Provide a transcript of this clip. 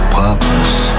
purpose